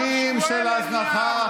שנים של הזנחה,